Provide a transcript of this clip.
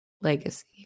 legacy